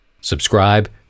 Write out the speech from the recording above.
Subscribe